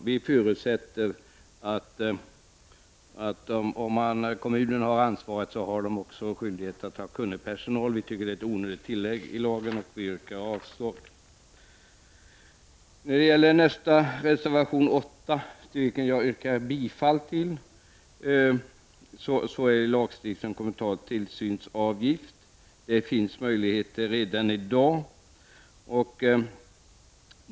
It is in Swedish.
Vi förutsätter att om kommunen har ansvaret, så har den också skyldighet att ha kunnig personal. Vi tycker att det är onödigt att göra ett sådant tillägg till lagen, och vi yrkar avslag på det. Reservation nr 8, till vilken jag yrkar bifall, behandlar lagstiftning om kommunal tillsynsavgift. Det finns möjligheter redan i dag.